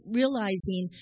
realizing